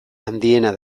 handiena